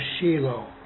Shiloh